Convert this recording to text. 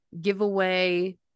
giveaway